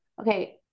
okay